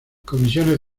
comisiones